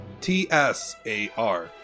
T-S-A-R